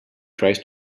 tries